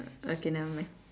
okay nevermind